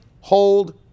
hold